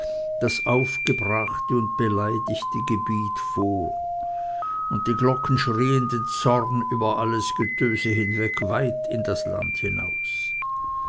das aufgebrachte und beleidigte gebiet vor und die glocken schrieen den zorn über alles getöse hinweg weit in das land hinaus